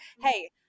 hey